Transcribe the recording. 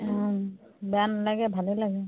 বেয়া নালাগে ভালেই লাগে